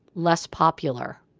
less popular.